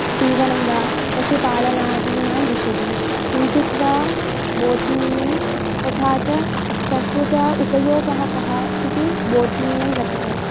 सीवनं वा पशुपालनादीनां विषये किञ्चित् वा बोधनीयं तथा च तस्य च उपयोगः कः इति बोधनीयं वर्तते